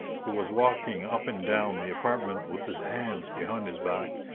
who was walking up and down the apartment with his hands behind his back,